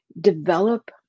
develop